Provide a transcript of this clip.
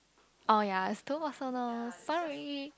oh ya still not so long but not really